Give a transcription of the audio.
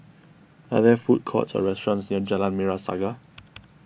are there food courts or restaurants near Jalan Merah Saga